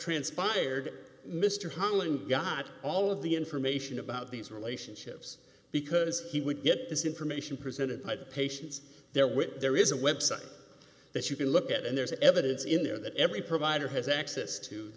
transpired mr hollings got all of the information about these relationships because he would get this information presented by the patients there which there is a website that you can look at and there's evidence in there that every provider has access to